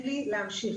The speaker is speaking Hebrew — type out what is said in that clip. מצרכים,